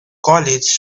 college